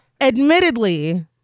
admittedly